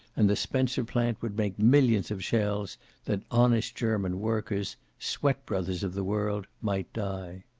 and the spencer plant would make millions of shells that honest german workers, sweat-brothers of the world, might die.